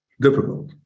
difficult